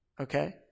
okay